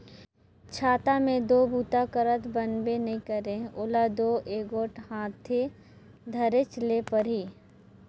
छाता मे दो बूता करत बनबे नी करे ओला दो एगोट हाथे धरेच ले परही